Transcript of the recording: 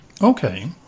Okay